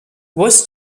was